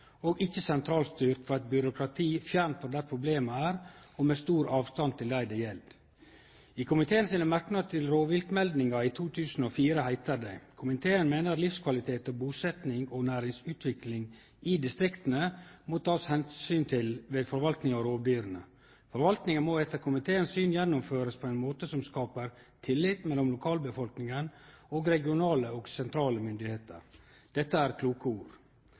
og ikkje sentralstyrt av eit byråkrati fjernt frå der problema er og med stor avstand til dei det gjeld. I komiteen sine merknader til rovviltmeldinga i 2004 heiter det: «Komiteen mener livskvalitet og bosetning og næringsutvikling i distriktene må tas hensyn til ved forvaltningen av rovdyrene. Forvaltningen må etter komiteens syn gjennomføres på en måte som skaper tillit mellom lokalbefolkningen og regionale og sentrale myndigheter.» Dette er kloke ord.